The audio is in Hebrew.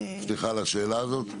וסליחה על השאלה הזאת?